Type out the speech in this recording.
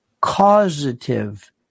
causative